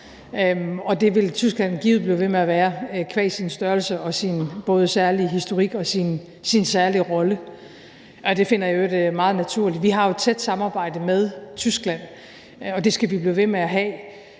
og det vil Tyskland givet blive ved med at være qua sin størrelse, sin både særlige historik og sin særlige rolle. Det finder jeg i øvrigt meget naturligt. Vi har jo et tæt samarbejde med Tyskland, og det skal vi blive ved med at have,